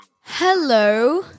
Hello